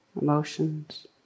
emotions